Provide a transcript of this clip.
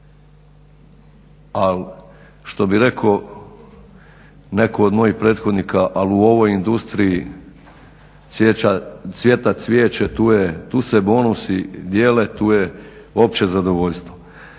Ali što bi reko netko od mojih prethodnika ali u ovoj industriji cvjeta cvijeće, tu se bonusi dijele, tu je opće zadovoljstvo.